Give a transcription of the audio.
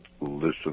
listen